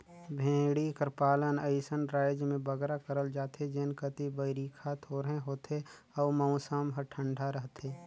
भेंड़ी कर पालन अइसन राएज में बगरा करल जाथे जेन कती बरिखा थोरहें होथे अउ मउसम हर ठंडा रहथे